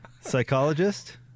psychologist